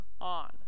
on